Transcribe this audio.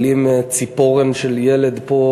אבל אם ציפורן של ילד פה